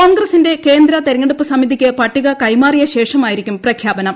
കോൺഗ്രസിന്റെ കേന്ദ്ര തെരഞ്ഞെടുപ്പ് സമിതിയ്ക്ക് പട്ടിക കൈമാറിയ ശേഷമായിരിക്കും പ്രഖ്യാപനം